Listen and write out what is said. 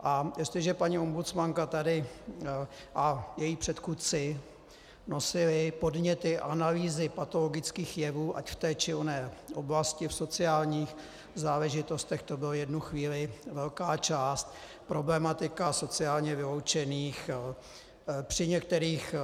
A jestliže paní ombudsmanka tady a její předchůdci nosili podněty a analýzy patologických jevů ať v té či oné oblasti, v sociálních záležitostech to byla v jednu chvíli velká část problematika sociálně vyloučených, při některých